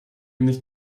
nicht